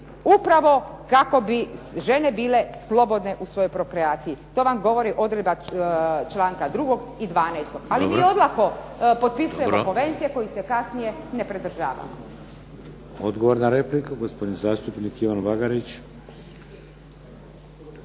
upravo kako bi žene bile slobodne u svojoj prokreaciji. To vam govori odredba članka 2. i 12. Ali mi olako potpisujemo konvencije kojih se kasnije ne pridržavamo. **Šeks, Vladimir (HDZ)** Odgovor na repliku, gospodin Ivan Bagarić.